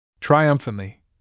Triumphantly